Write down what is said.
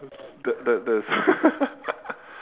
that that that's